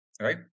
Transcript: Right